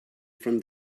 from